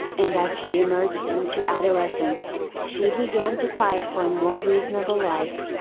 and as she emerged into adolescence, she began to fight for a more reasonable life,